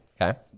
Okay